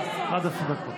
עד עשר דקות.